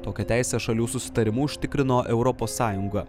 tokią teisę šalių susitarimu užtikrino europos sąjunga